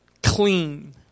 clean